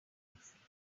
programming